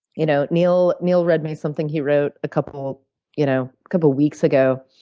you know neil neil read me something he wrote a couple you know couple weeks ago,